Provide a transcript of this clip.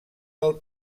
del